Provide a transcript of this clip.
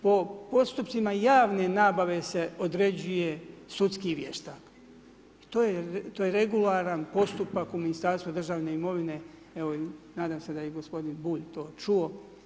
Po postupcima javne nabave se određuje sudskih vještak i to je regularan postupak u Ministarstvu državne imovine, evo i nadam se i da je gospodin Bulj to čuo.